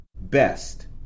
best